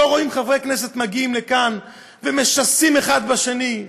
לא רואים חברי כנסת מגיעים לכאן ומשסים אחד בשני,